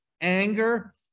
anger